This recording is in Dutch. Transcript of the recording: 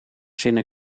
zinnen